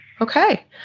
Okay